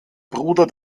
bruder